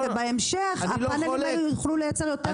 ובהמשך הפאנלים האלו יוכלו לייצר יותר חשמל.